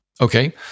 Okay